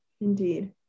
indeed